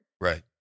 Right